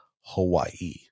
hawaii